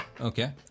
Okay